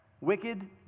Wicked